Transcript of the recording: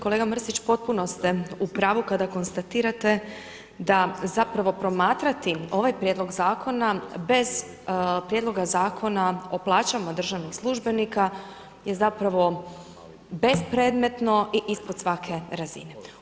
Kolega Mrsić, potpuno ste u pravu kada konstatirate da zapravo promatrati ovaj Prijedlog zakona bez prijedloga Zakona o plaćama državnih službenika je zapravo bespredmetno i ispod svake razine.